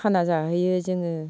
खाना जाहैयो जोङो